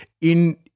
in-